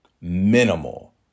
minimal